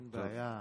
בעיה.